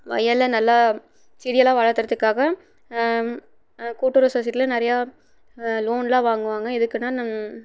வயலில் நல்லா செடி எல்லாம் வளர்த்தறதுக்காக கூட்டுறவு சொசைட்டியில் நிறையா லோன்லாம் வாங்குவாங்க எதுக்குனால்